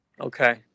okay